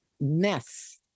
mess